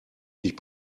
ich